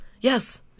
Yes